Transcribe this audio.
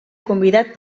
convidat